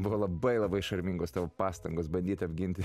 buvo labai labai šarmingos tavo pastangos bandyti apginti